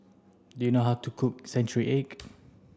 do you know how to cook century egg